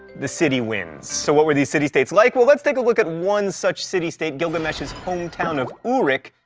the city wins. so what were these city states like? well, let's take a look at one such city-state, gilgamesh's home town of uruk,